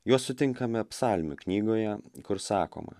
juos sutinkame psalmių knygoje kur sakoma